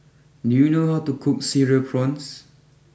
do you know how to cook Cereal Prawns